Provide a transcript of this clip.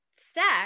sex